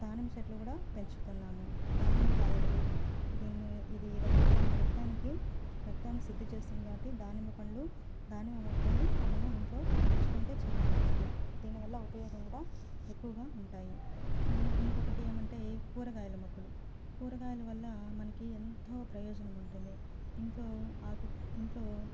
దానిమ్మచెట్లు కూడా పెంచుతున్నాము దానిమ్మ కాయలు దీని ఇదీ రక్త్ రక్తానికీ రక్తాన్ని శుద్ధి చేస్తుంది కాబట్టి దానిమ్మపండ్లు దానిమ్మ మొక్కల్ని మనము ఇంట్లో పెంచుకుంటే చాలా మంచిది దీనివల్ల ఉపయోగం కూడా ఎక్కువగా ఉంటాయి ఇంకొకటి ఏమంటే కూరగాయలమొక్కలు కూరగాయల వల్ల మనకి ఎంతో ప్రయోజనము ఉంటుంది ఇంట్లో ఆకు ఇంట్లో